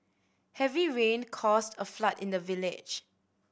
heavy rain caused a flood in the village